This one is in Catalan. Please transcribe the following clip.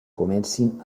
comencin